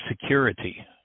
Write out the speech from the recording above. security